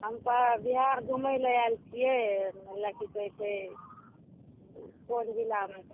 हम तऽ बिहार घुमै लए आयल छियै की कहै छै कोन जिलामे